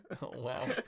Wow